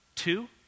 two